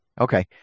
Okay